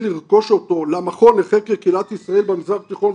לרכוש אותו למכון לחקר קהילות ישראל במזרח התיכון',